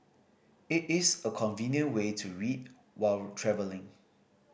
it is a convenient way to read while travelling